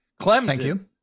Clemson